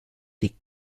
des